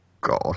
god